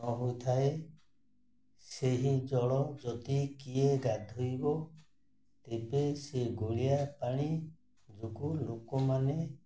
ନହୋଇଥାଏ ସେହି ଜଳ ଯଦି କିଏ ଗାଧୋଇବ ତେବେ ସେ ଗୋଳିଆ ପାଣି ଯୋଗୁଁ ଲୋକମାନେ